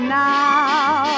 now